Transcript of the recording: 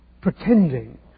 pretending